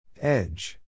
Edge